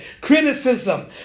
Criticism